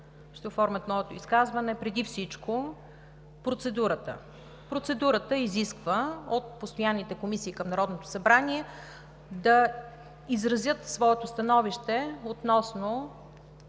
ще оформят моето изказване. Преди всичко – процедурата. Процедурата изисква от постоянните комисии към Народното събрание да изразят своето становище относно